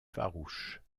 farouches